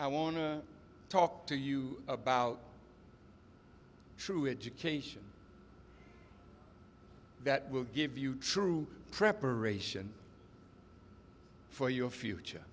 to talk to you about true education that will give you true preparation for your future